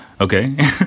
okay